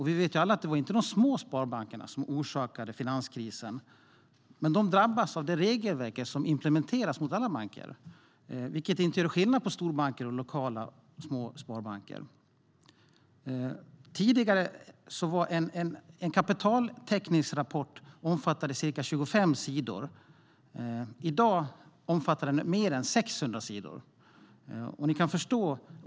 Vi vet alla att det inte var de små sparbankerna som orsakade finanskrisen, men de drabbas av de regelverk som implementerats av alla banker. Regelverken gör inte skillnad på storbanker och lokala små sparbanker. En kapitaltäckningsrapport omfattade tidigare ca 25 sidor, och i dag omfattar den mer än 600 sidor.